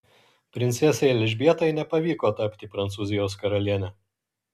princesei elžbietai nepavyko tapti prancūzijos karaliene